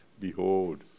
behold